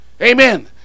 Amen